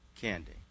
candy